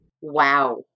Wow